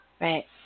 Right